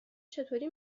چطوری